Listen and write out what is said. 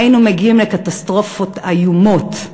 היינו מגיעים לקטסטרופות איומות,